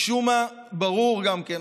משום מה ברור גם כן,